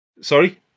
sorry